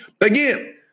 again